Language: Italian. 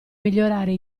migliorare